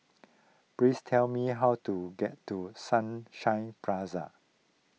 please tell me how to get to Sunshine